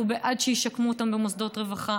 אנחנו בעד שישקמו אותם במוסדות רווחה,